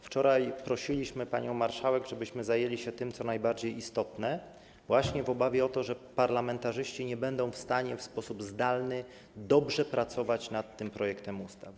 Wczoraj prosiliśmy panią marszałek, żebyśmy zajęli się tym, co najbardziej istotne, właśnie w obawie o to, że parlamentarzyści nie będą w stanie w sposób zdalny dobrze pracować nad tym projektem ustawy.